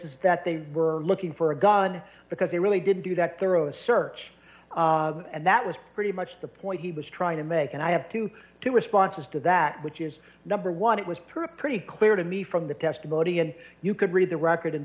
is that they were looking for a gun because they really didn't do that thorough search and that was pretty much the point he was trying to make and i have to two responses to that which is number one it was pretty clear to me from the testimony and you could read the record and